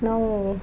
ನಾವು